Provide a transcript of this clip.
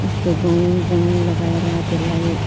यस्तो गहुँ जौ लगाएर त्यसलाई